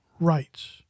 rights